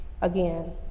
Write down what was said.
again